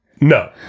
no